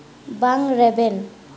ᱵᱟᱝ ᱨᱮᱵᱮᱱ